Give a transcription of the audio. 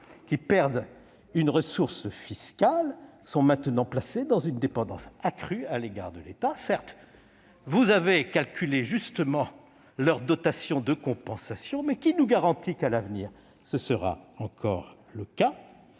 qui perdent une ressource fiscale sont maintenant placés dans une dépendance accrue à l'égard de l'État. Totalement ! Certes, vous avez calculé justement les dotations de compensation, mais qui nous garantit que ce sera encore le cas à